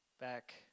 Back